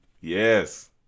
yes